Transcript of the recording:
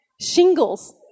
Shingles